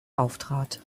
auftrat